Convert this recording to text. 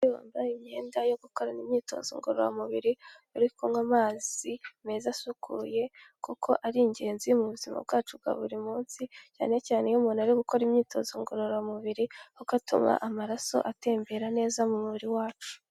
Umugabo wambaye imyenda yo gukorana imyitozo ngororamubiri. Ari kunywa amazi meza asukuye kuko ari ingenzi mu buzima bwacu bwa buri munsi cyane cyane iyo umuntu ari gukora imyitozo ngororamubiri, kuko atuma amaraso atembera neza mu mubiri wacu.